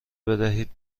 بدهید